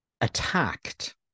attacked